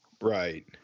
Right